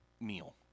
meal